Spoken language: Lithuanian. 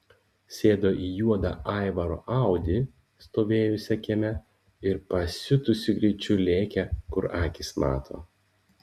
sėdo į juodą aivaro audi stovėjusią kieme ir pasiutusiu greičiu lėkė kur akys mato